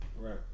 Right